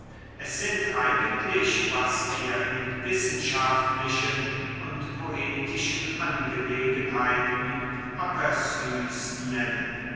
es sind eigentlich was wir in wissenschaftlichen und poetischen angelegenheiten aperus nennen